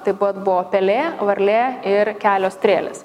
taip pat buvo pelė varlė ir kelios strėlės